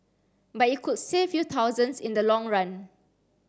but it could save you thousands in the long run